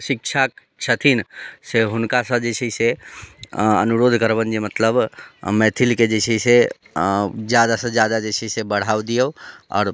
शिक्षाक छथिन से हुनका से जे छै से अनुरोध करबनि जे मतलब मैथिलके जे छै से ज्यादासँ ज्यादा जे छै से बढ़ाव दियौ आओर